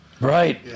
Right